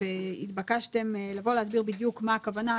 התבקשתם להסביר בדיוק למה הכוונה.